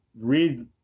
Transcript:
read